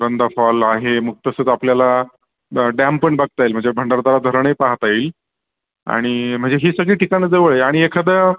Randha fall आहे मग तसंच आपल्याला डॅम पण बघता येईल म्हणजे भंडारदरा धरणही पाहता येईल आणि म्हणजे ही सगळी ठिकाणं जवळ आहे आणि एखादं